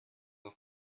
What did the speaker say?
auf